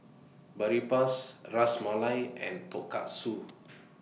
Boribap Ras Malai and Tonkatsu